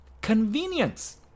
convenience